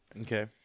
Okay